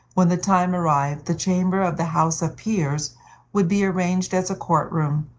when the time arrived, the chamber of the house of peers would be arranged as a court room,